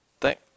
Thank